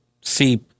see